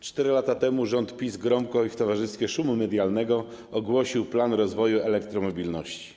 4 lata temu rząd PiS gromko i w towarzystwie szumu medialnego ogłosił plan rozwoju elektromobilności.